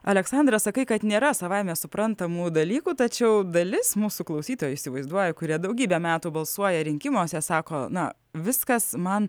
aleksandra sakai kad nėra savaime suprantamų dalykų tačiau dalis mūsų klausytojų įsivaizduoja kuria daugybę metų balsuoja rinkimuose sako na viskas man